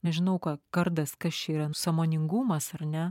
nežinau ką kardas kas čia yra sąmoningumas ar ne